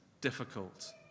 difficult